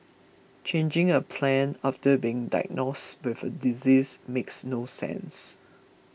changing a plan after being diagnosed with a disease makes no sense